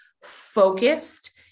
focused